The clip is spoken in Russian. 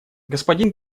господин